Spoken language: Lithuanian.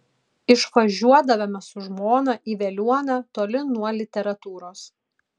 išvažiuodavome su žmona į veliuoną toli nuo literatūros